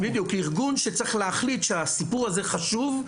ארגון שצריך להחליט שהסיפור הזה חשוב,